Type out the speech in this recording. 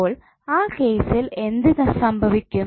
അപ്പോൾ ആ കേസിൽ എന്ത് സംഭവിക്കും